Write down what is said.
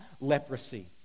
leprosy